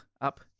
up